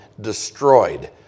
destroyed